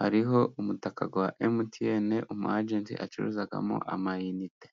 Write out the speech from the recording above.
hariho umutaka wa MTN umu agenti acururizamo amayinite.